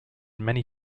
many